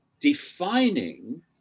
defining